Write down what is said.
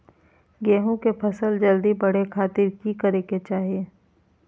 गेहूं के फसल जल्दी बड़े खातिर की करे के चाही?